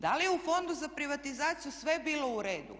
Da li je u Fondu za privatizaciju sve bilo u redu?